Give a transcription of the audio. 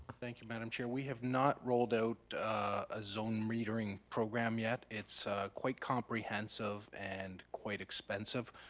thank you madam chair, we have not rolled out a zone metering program yet. it's quite comprehensive and quite expensive.